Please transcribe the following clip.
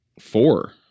Four